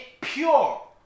pure